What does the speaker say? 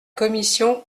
commission